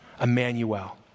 Emmanuel